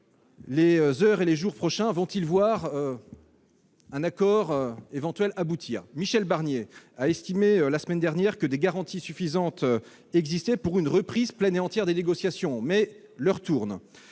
des heures et jours prochains, un éventuel accord aboutir ? Michel Barnier a estimé la semaine dernière que des garanties suffisantes existaient pour une reprise pleine et entière des négociations, mais l'heure tourne